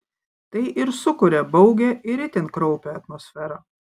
tai ir sukuria baugią ir itin kraupią atmosferą